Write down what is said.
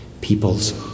peoples